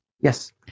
Yes